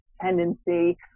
Tendency